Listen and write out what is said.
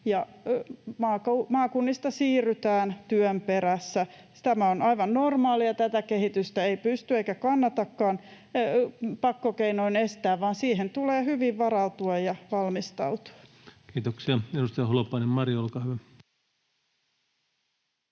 maakunnista siirrytään työn perässä. Tämä on aivan normaalia, ja tätä kehitystä ei pysty eikä kannatakaan pakkokeinoin estää, vaan siihen tulee hyvin varautua ja valmistautua. Kiitoksia. — Edustaja Holopainen, Mari, olkaa hyvä.